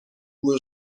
cui